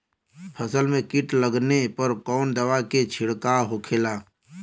फसल में कीट लगने पर कौन दवा के छिड़काव होखेला?